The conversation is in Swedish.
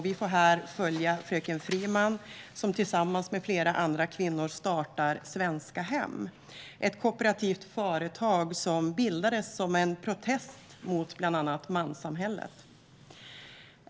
Vi får här följa fröken Friman, som tillsammans med flera andra kvinnor startar Svenska Hem - ett kooperativt företag som bildades som en protest mot bland annat manssamhället.